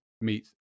meet